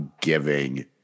giving